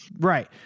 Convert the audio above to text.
Right